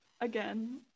Again